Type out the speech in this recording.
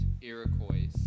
Iroquois